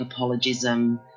apologism